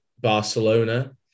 Barcelona